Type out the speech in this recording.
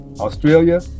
Australia